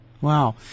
Wow